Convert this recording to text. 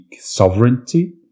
sovereignty